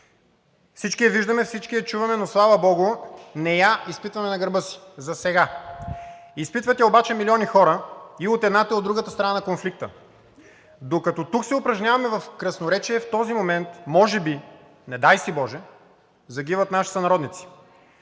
Всички я виждаме, всички я чуваме, но слава богу, не я изпитваме на гърба си засега. Изпитват я обаче милиони хора и от едната, и от другата страна на конфликта. Докато тук се упражняваме в красноречие, в този момент може би, не дай си боже, загиват наши сънародници